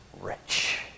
rich